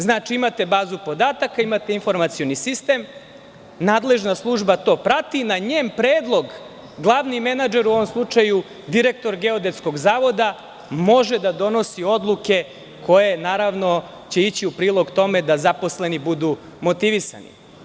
Znači, imate bazu podataka, imate informacioni sistem, nadležna služba to prati na njen predlog, glavni menadžer, u ovom slučaju direktor Geodetskog zavoda, može da donosi odluke koje će naravno ići u prilog tome da zaposleni budu motivisani.